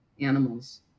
animals